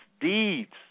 deeds